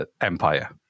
Empire